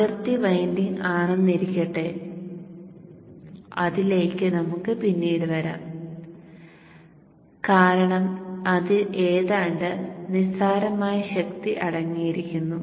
അതിർത്തി വിൻഡിങ് ആണെന്നിരിക്കട്ടെ അതിലേക്ക് നമുക്ക് പിന്നീട് വരാം കാരണം അതിൽ ഏതാണ്ട് നിസ്സാരമായ ശക്തി അടങ്ങിയിരിക്കുന്നു